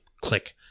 click